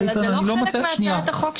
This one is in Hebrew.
אבל זה לא חלק מהצעת החוק שלנו.